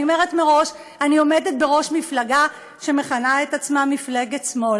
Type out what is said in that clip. אני אומרת מראש: אני עומדת בראש מפלגה שמכנה את עצמה מפלגת שמאל,